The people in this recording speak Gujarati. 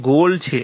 એ ગોલ છે